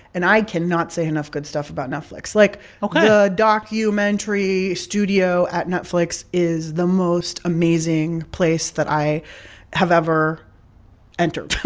and i cannot say enough good stuff about netflix. like. ok. the documentary studio at netflix is the most amazing place that i have ever entered.